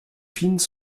fines